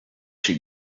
she